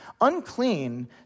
Unclean